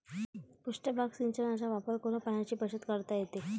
पृष्ठभाग सिंचनाचा वापर करून पाण्याची बचत करता येते